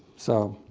so,